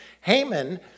Haman